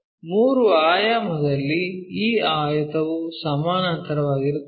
3 ಆಯಾಮದಲ್ಲಿ ಈ ಆಯತವು ಸಮಾನಾಂತರವಾಗಿರುತ್ತದೆ